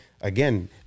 again